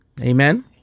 Amen